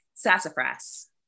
sassafras